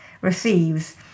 receives